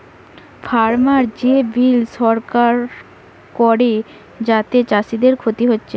farmer যে bill সরকার করে যাতে চাষীদের ক্ষতি হচ্ছে